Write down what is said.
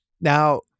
Now